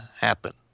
happen